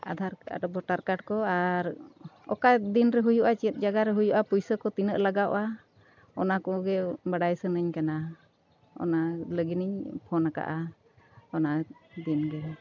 Aadhaar card voter card ᱠᱚ ᱟᱨ ᱚᱠᱟ ᱫᱤᱱ ᱨᱮ ᱦᱩᱭᱩᱜᱼᱟ ᱪᱮᱫ ᱡᱟᱭᱜᱟ ᱨᱮ ᱦᱩᱭᱩᱜᱼᱟ ᱯᱩᱭᱥᱟᱹ ᱠᱚ ᱛᱤᱱᱟᱹᱜ ᱞᱟᱜᱟᱜᱼᱟ ᱚᱱᱟ ᱠᱚᱜᱮ ᱵᱟᱰᱟᱭ ᱥᱟᱱᱟᱧ ᱠᱟᱱᱟ ᱚᱱᱟ ᱞᱟᱹᱜᱤᱫ ᱤᱧ ᱯᱷᱳᱱ ᱟᱠᱟᱫᱼᱟ ᱚᱱᱟ ᱫᱤᱱ ᱜᱮ